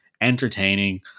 entertaining